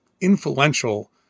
influential